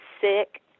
sick